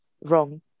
wrong